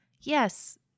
Yes